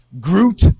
Groot